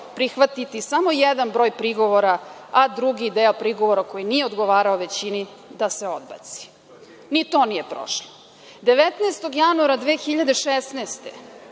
prihvatiti samo jedan broj prigovora, a drugi deo prigovora koji nije odgovarao većini da se odbaci. Ni to nije prošlo. Devetnaestog januara 2016.